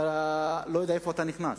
אתה לא יודע איפה אתה נכנס.